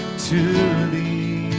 to the